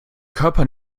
körper